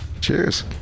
Cheers